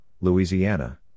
Louisiana